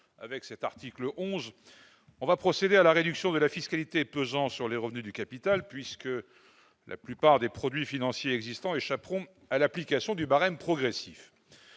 avec cet article 11, nous allons procéder à la réduction de la fiscalité pesant sur les revenus du capital, puisque la plupart des produits financiers existants échapperont à l'application du barème progressif.